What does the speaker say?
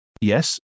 Yes